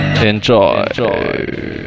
Enjoy